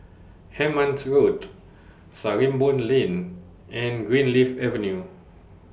Hemmant Road Sarimbun Lane and Greenleaf Avenue